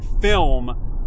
film